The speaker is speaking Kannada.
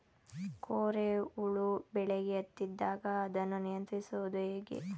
ಕೋರೆ ಹುಳು ಬೆಳೆಗೆ ಹತ್ತಿದಾಗ ಅದನ್ನು ನಿಯಂತ್ರಿಸುವುದು ಹೇಗೆ?